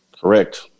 Correct